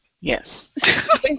yes